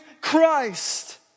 Christ